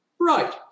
right